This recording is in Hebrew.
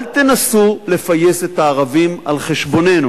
אל תנסו לפייס את הערבים על חשבוננו.